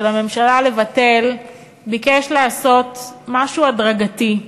של הממשלה לבטל את החוק שביקש לעשות משהו הדרגתי,